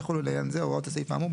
ויחולו לעניין זה הוראות הסעיף האמור,